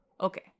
Okay